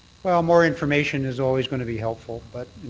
well, more information is always going to be helpful. but